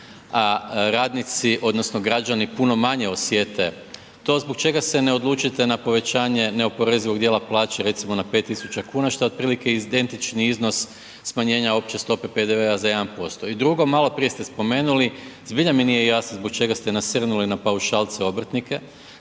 a radnici odnosno građani puno manje osjete to. Zbog čega se ne odlučite na povećanje neoporezivog dijela plaće recimo na 5.000 kuna što je otprilike identični iznos smanjenja opće stope PDV-a za 1%. I drugo, maloprije ste spomenuli zbilja mi nije jasno zbog čega ste nasrnuli na paušalce obrtnike,